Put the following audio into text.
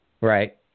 Right